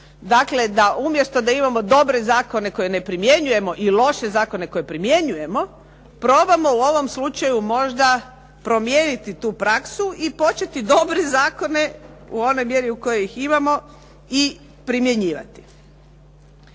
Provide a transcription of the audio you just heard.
dakle da umjesto da imamo dobre zakone koje ne primjenjujemo i loše zakone koje primjenjujemo probamo u ovom slučaju možda promijeniti tu praksu i početi dobre zakone u onoj mjeri u kojoj ih imamo i primjenjivati.